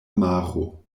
maro